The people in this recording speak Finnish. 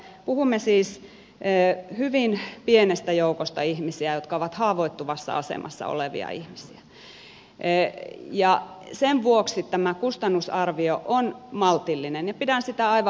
puhumme siis hyvin pienestä joukosta ihmisiä jotka ovat haavoittuvassa asemassa olevia ihmisiä ja sen vuoksi tämä kustannusarvio on maltillinen ja pidän sitä aivan oikeansuuntaisena